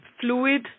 fluid